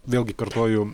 vėlgi kartoju